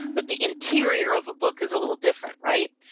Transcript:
but the interior of a book is a little different, right.